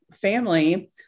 family